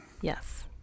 Yes